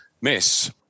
miss